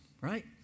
right